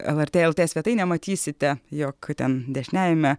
lrt lt svetainę matysite jog ten dešiniajame